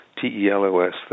T-E-L-O-S